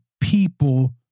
people